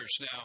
Now